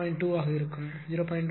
2 ஆக இருக்கும் 0